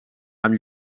amb